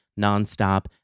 nonstop